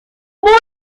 مونیکا